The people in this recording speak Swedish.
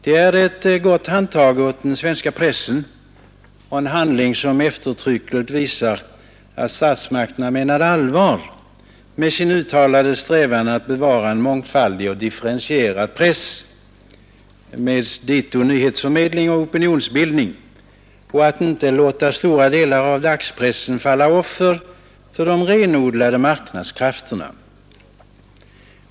Det är ett gott handtag åt den svenska pressen och en handling som eftertryckligt visar att statsmakterna menar allvar med sin uttalade strävan att bevara en mångfaldig och differentierad press med dito nyhetsförmedling och opinionsbildning och att inte låta stora delar av dagspressen falla offer för de renodlade marknadskrafterna.